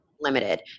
limited